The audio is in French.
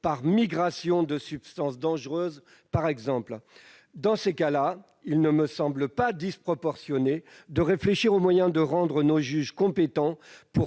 par migration de substances dangereuses par exemple. Il ne me semble dès lors pas disproportionné de réfléchir aux moyens de rendre nos juges compétents